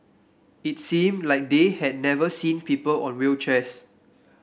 it seemed like they had never seen people on wheelchairs